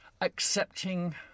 accepting